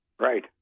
Right